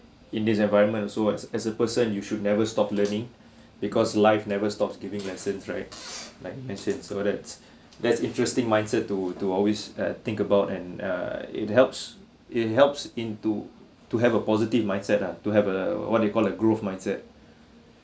in this environment also ah as a person you should never stop learning because life never stops giving lessons right like mentioned so that's that's interesting mindset to to always uh think about and uh it helps it helps in to to have a positive mindset ah to have a what do you call a growth mindset ya